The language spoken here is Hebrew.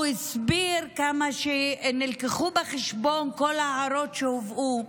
הוא הסביר שנלקחו בחשבון כל ההערות שהובאו,